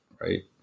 Right